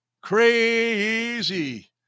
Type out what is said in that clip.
Crazy